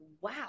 Wow